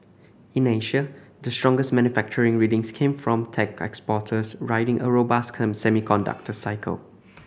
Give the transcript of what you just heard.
in Asia the strongest manufacturing readings came from tech exporters riding a robust semiconductor cycle